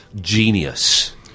Genius